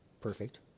perfect